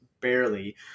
barely